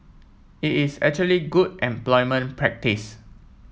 it is actually good employment practice